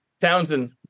Townsend